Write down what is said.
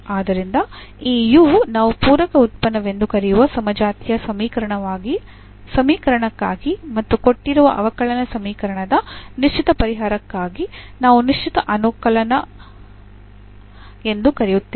ಆದ್ದರಿಂದ ಈ u ನಾವು ಪೂರಕ ಉತ್ಪನ್ನವೆಂದು ಕರೆಯುವ ಸಮಜಾತೀಯ ಸಮೀಕರಣಕ್ಕಾಗಿ ಮತ್ತು ಕೊಟ್ಟಿರುವ ಅವಕಲನ ಸಮೀಕರಣದ ನಿಶ್ಚಿತ ಪರಿಹಾರಕ್ಕಾಗಿ ನಾವು ನಿಶ್ಚಿತ ಅನುಕಲನ ಎಂದು ಕರೆಯುತ್ತೇವೆ